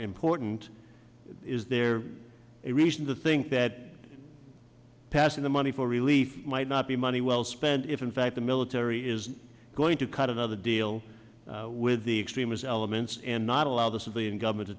important is there a reason to think that passing the money for relief might not be money well spent if in fact the military is going to cut another deal with the extremist elements and not allow the civilian government to